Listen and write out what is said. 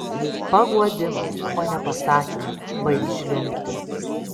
paguodimas o ne pasakymas baik žliumbti